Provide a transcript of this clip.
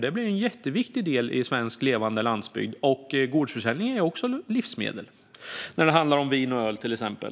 Det blir en jätteviktig del i svensk levande landsbygd. Det handlar om gårdsförsäljning av till exempel vin och öl, som också är livsmedel.